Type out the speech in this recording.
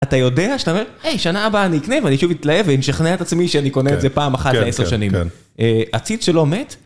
אתה יודע שאתה אומר, היי, שנה הבאה אני אקנה ואני שוב אתלהב ואני אשכנע את עצמי שאני קונה את זה פעם אחת לעשר שנים. עציץ שלא מת.